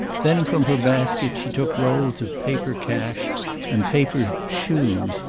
then from her basket she took rolls of paper cash and paper shoes,